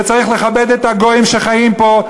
וצריך לכבד את הגויים שחיים פה,